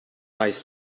ice